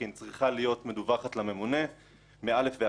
צריכה להיות מדווחת לממונה מאל"ף ועד תי"ו,